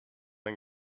ein